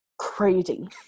crazy